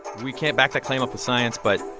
we can't back that claim up with science. but